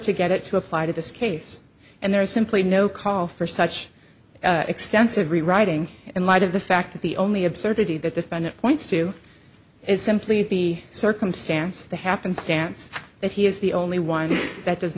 to get it to apply to this case and there is simply no call for such extensive rewriting in light of the fact that the only absurdity that defendant points to is simply the circumstance the happenstance that he is the only one that does